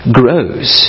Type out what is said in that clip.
grows